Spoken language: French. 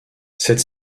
cette